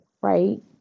right